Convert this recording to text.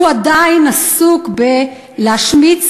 הוא עדיין עסוק בלהשמיץ